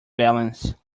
balance